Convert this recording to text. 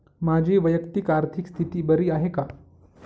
माझी वैयक्तिक आर्थिक स्थिती बरी आहे का?